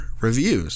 reviews